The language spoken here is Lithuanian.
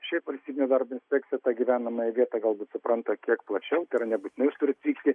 šiaip valstybinė darbo ispekcija tą gyvenamąją vietą galbūt supranta kiek plačiau tai yra nebūtinai turit vykti